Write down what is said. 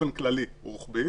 באופן כללי, רוחבי.